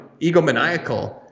egomaniacal